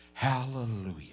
hallelujah